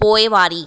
पोइवारी